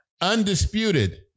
undisputed